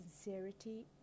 sincerity